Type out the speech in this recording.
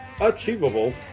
achievable